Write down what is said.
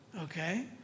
okay